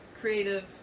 creative